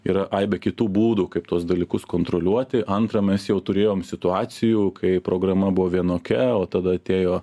yra aibė kitų būdų kaip tuos dalykus kontroliuoti antra mes jau turėjom situacijų kai programa buvo vienokia o tada atėjo